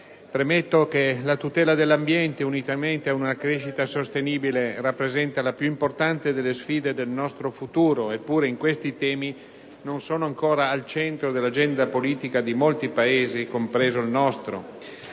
premetto che la tutela dell'ambiente, unitamente ad una crescita sostenibile, rappresenta la più importante delle sfide del nostro futuro; eppure, questi temi non sono ancora al centro dell'agenda politica di molti Paesi, compreso il nostro.